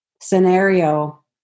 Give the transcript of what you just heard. scenario